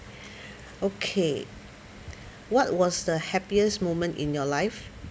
okay what was the happiest moment in your life